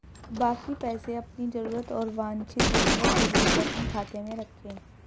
बाकी पैसे अपनी जरूरत और वांछित वस्तुओं के लिए चेकिंग खाते में रखें